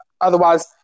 Otherwise